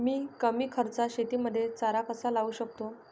मी कमी खर्चात शेतीमध्ये चारा कसा लावू शकतो?